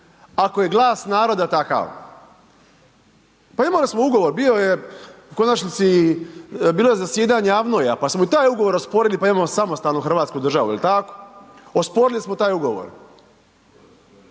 ako je glas naroda takav. Pa imali smo ugovor, bio je u konačnici, bilo je zasjedanje AVNOJ-a pa smo i taj ugovor osporili pa imamo samostalnu hrvatsku državu, jel' tako? Osporili smo taj ugovor.